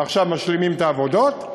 ועכשיו משלימים את העבודות,